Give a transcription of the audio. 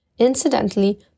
Incidentally